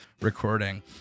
recording